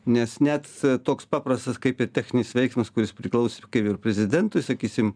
nes net toks paprastas kaip ir techninis veiksmas kuris priklauso kaip ir prezidentui sakysim